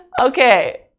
okay